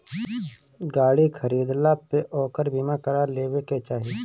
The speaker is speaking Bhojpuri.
गाड़ी खरीदला पे ओकर बीमा करा लेवे के चाही